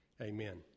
Amen